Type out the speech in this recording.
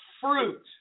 fruit